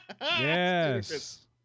Yes